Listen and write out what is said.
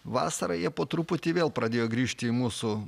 vasarą jie po truputį vėl pradėjo grįžti į mūsų